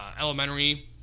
elementary